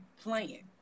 playing